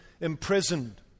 imprisoned